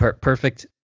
perfect